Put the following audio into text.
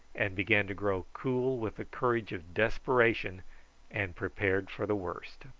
and began to grow cool with the courage of desperation and prepared for the worst.